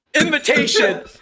invitation